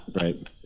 Right